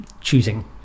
choosing